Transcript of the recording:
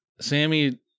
Sammy